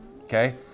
okay